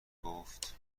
گفت